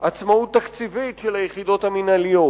עצמאות תקציבית של היחידות המינהליות.